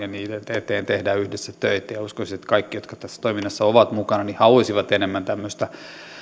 eteen tehdään yhdessä töitä ja uskoisin että kaikki jotka tässä toiminnassa ovat mukana haluaisivat enemmän tämmöistä